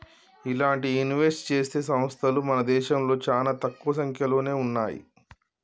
ఇలాంటి ఇన్వెస్ట్ చేసే సంస్తలు మన దేశంలో చానా తక్కువ సంక్యలోనే ఉన్నయ్యి